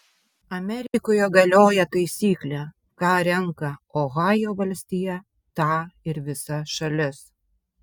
amerikoje galioja taisyklė ką renka ohajo valstija tą ir visa šalis